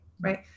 right